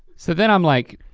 so then i'm like,